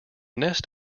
nest